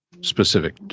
specific